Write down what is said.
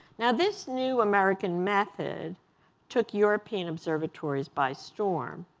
now this new american method took european observatories by storm.